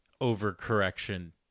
overcorrection